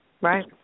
Right